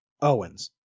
Owens